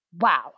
Wow